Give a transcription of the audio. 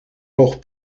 nog